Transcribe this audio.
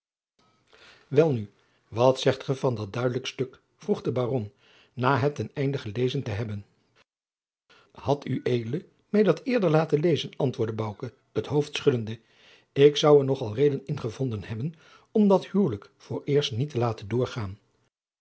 welnu wat zegt ge van dat duidelijke stuk vroeg de baron na het ten einde gelezen te hebben had ued mij dat eerder laten lezen antwoordde bouke het hoofd schuddende ik zou er nog al reden in gevonden hebben om dat huwelijk vooreerst niet te laten doorgaan